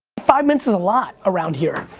five minutes is a lot around here.